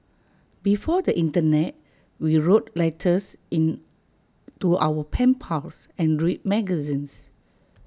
before the Internet we wrote letters in to our pen pals and read magazines